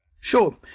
Sure